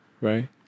right